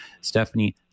Stephanie